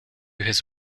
his